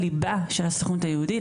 מתוך תקציב הליבה של הסוכנות היהודית.